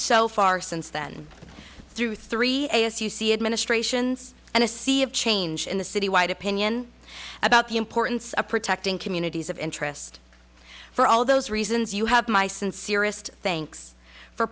so far since then through three as you see administrations and a sea of change in the city wide opinion about the importance of protecting communities of interest for all those reasons you have my sincerest thanks for